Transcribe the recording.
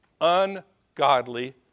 Ungodly